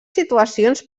situacions